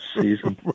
season